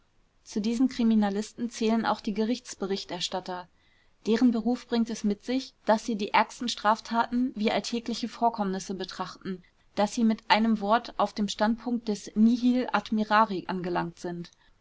zu diesen kriminalisten zählen auch die gerichtsberichterstatter deren beruf bringt es mit sich daß sie die ärgsten straftaten wie alltägliche vorkommnisse betrachten daß sie mit einem wort auf dem standpunkt des nihil admirari angelangt sind